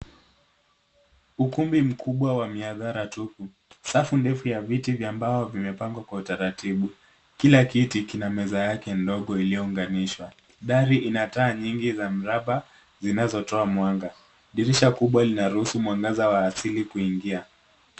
Ukumbi mkubwa wa mihadhara tulivu. Safu ndefu ya viti vya mbao vimepangwa kwa utaratibu. Kila kiti kina meza yake ndogo iliyounganishwa. Dari ina taa nyingi za mraba zinazotoa mwanga. Dirisha kubwa linaruhusu mwangaza wa asili kuingia.